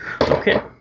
Okay